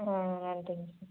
ம் நன்றிங்க